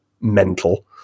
mental